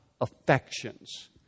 affections